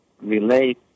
relate